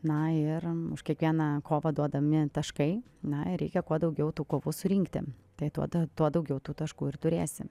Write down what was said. na ir už kiekvieną kovą duodami taškai na ir reikia kuo daugiau tų kovų surinkti tai tuo tuo daugiau tų taškų ir turėsi